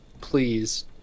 Please